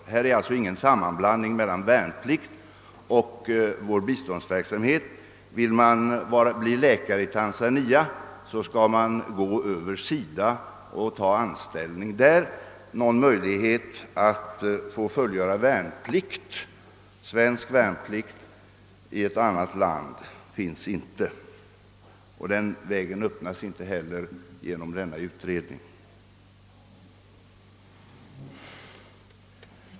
Här är alltså inte någon sammanblandning mellan värnpliktstjänstgöring och vår biståndsverksamhet. Vill man bli läkare i Tanzania, skall man gå vägen över SIDA och ta anställning där. Någon möjlighet att fullgöra svensk värnplikt i ett annat land finns inte, och den vägen öppnas inte heller genom denna utredning.